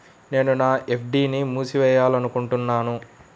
నేను నా ఎఫ్.డీ ని మూసివేయాలనుకుంటున్నాను